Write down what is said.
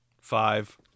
Five